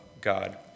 God